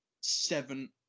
seven